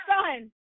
son